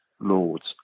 lords